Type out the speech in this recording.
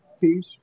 peace